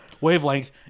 wavelength